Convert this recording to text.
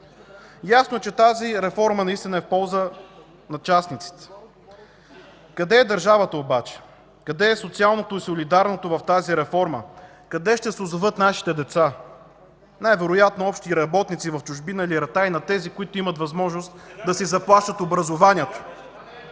Ясно е, че тази реформа наистина е в полза на частниците. Къде е държавата обаче? Къде са социалното и солидарното в тази реформа? Къде ще се озоват нашите деца? Най-вероятно общи работници в чужбина или ратаи на тези, които имат възможност да си заплащат образованията.